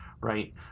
right